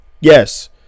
Yes